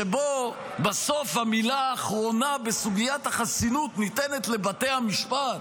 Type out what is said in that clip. שבו בסוף המילה האחרונה בסוגית החסינות ניתנת לבתי המשפט,